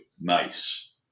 nice